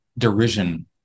Derision